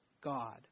God